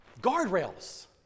guardrails